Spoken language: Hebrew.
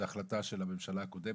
זו החלטה של הממשלה קודמת.